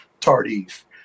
Tardif